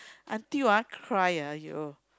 until ah cry ah !aiyo!